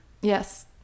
Yes